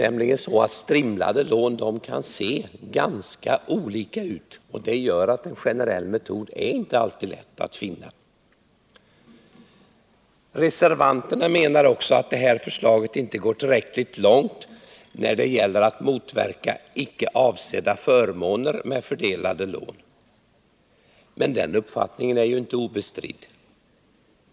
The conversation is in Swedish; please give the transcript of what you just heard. Även strimlade lån kan se ganska olika ut, och det gör att en generell metod inte alltid är lätt att finna. Reservanterna menar också att det här förslaget inte går tillräckligt långt när det gäller att motverka icke avsedda förmåner med fördelade lån. Men den uppfattningen är inte obestridd.